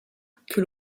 que